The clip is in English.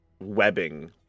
webbing